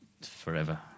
Forever